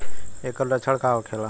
ऐकर लक्षण का होखेला?